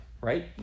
right